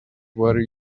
were